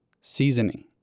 Seasoning